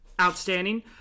outstanding